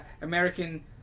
American